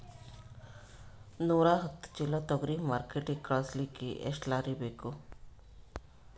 ನೂರಾಹತ್ತ ಚೀಲಾ ತೊಗರಿ ಮಾರ್ಕಿಟಿಗ ಕಳಸಲಿಕ್ಕಿ ಎಷ್ಟ ಲಾರಿ ಬೇಕು?